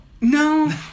No